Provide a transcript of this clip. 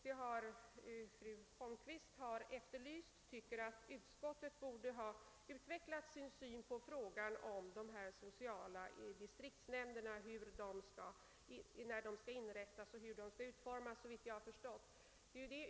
Fru Holmqvist ansåg, såvitt jag förstod, att utskottet borde ha utvecklat sin syn på frågan om när sociala distriktsnämnder skall inrättas och hur de skall utformas.